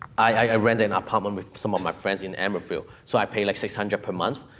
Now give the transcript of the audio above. i rent an apartment with some of my friends in amberfield, so i pay, like, six hundred per month,